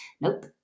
nope